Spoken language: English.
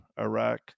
Iraq